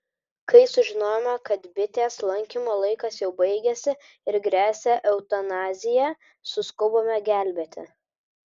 kai sužinojome kad bitės laikymo laikas jau baigėsi ir gresia eutanazija suskubome gelbėti